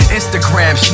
Instagram